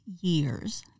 years